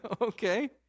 okay